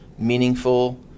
meaningful